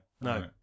no